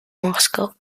moscow